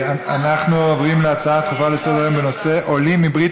נעבור להצעות דחופות לסדר-היום בנושא: עולים מברית